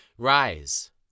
Rise